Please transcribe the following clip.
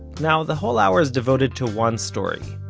now, the whole hour is devoted to one story,